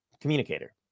communicator